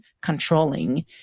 controlling